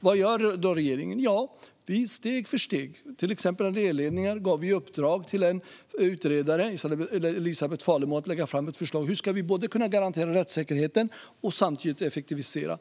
Vad gör då regeringen? Vi tar det steg för steg. När det gäller elledningar gav vi till exempel i uppdrag till en utredare, Elisabet Falemo, att lägga fram ett förslag till hur vi ska kunna garantera rättssäkerheten och samtidigt effektivisera.